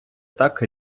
так